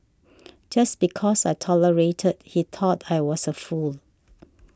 just because I tolerated he thought I was a fool